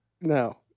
No